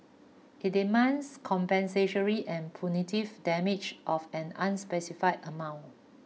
it demands compensatory and punitive damage of an unspecified amount